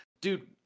Dude